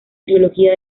trilogía